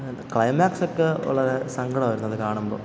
ക്ലൈമാക്സൊക്കെ വളരെ സങ്കടമായിരുന്നു അതു കാണുമ്പോൾ